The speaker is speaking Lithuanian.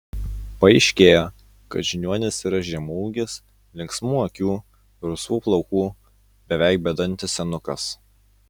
paaiškėjo kad žiniuonis yra žemaūgis linksmų akių rusvų plaukų beveik bedantis senukas